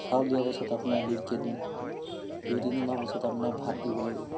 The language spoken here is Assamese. চাউল দিয়া পাছত আপোনাৰ দুই কেইদিন দুই তিনিমাহ পাছত আপোনাৰ ভাত দিব লাগিব